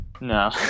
No